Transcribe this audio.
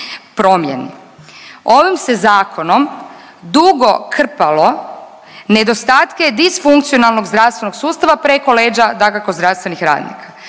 promijeni. Ovim se zakonom dugo krpalo nedostatke disfunkcionalnog zdravstvenog sustava preko leđa dakako zdravstvenih radnika.